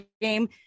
game